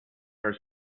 her